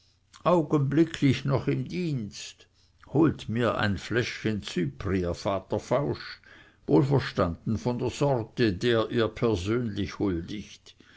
augenblicklich noch im dienst holt mir ein fläschchen cyprier vater fausch wohlverstanden von der sorte der ihr persönlich huldigt